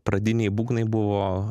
pradiniai būgnai buvo